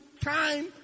time